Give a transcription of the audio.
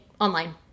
online